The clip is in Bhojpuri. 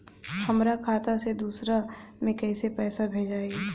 हमरा खाता से दूसरा में कैसे पैसा भेजाई?